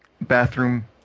bathroom